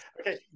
okay